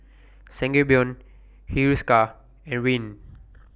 Sangobion Hiruscar and Rene